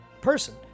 person